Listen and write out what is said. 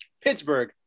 Pittsburgh